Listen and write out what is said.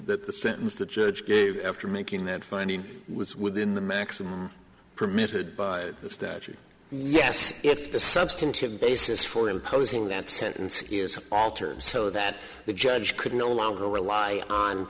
that the sentence the judge gave after making that finding was within the maximum permitted by statute yes if the substantive basis for imposing that sentence is altered so that the judge could no longer rely on